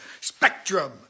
spectrum